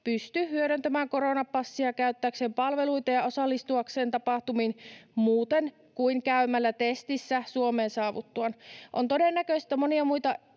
pysty hyödyntämään koronapassia käyttääkseen palveluita ja osallistuakseen tapahtumiin muuten kuin käymällä testissä Suomeen saavuttuaan. On todennäköistä, että monia muita